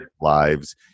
lives